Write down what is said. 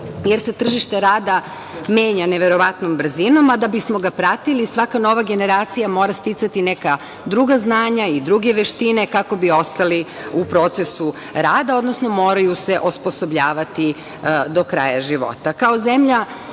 jer se tržište rada menja neverovatnom brzinom, a da bismo ga pratili, svaka nova generacija mora sticati neka druga znanja i druge veštine, kako bi ostali u procesu rada, odnosno moraju se osposobljavati do kraja života. Kao